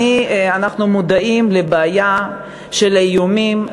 אנחנו מודעים לבעיה של האיומים.